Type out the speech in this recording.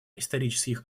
исторических